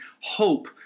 hope